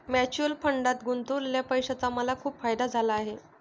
mutual फंडात गुंतवलेल्या पैशाचा मला खूप फायदा झाला आहे